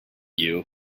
you